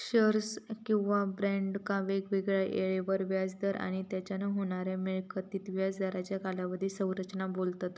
shares किंवा बॉन्डका वेगवेगळ्या येळेवर व्याज दर आणि तेच्यान होणाऱ्या मिळकतीक व्याज दरांची कालावधी संरचना बोलतत